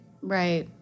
Right